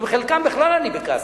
עם חלקם בכלל אני בכאסח.